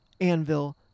anvil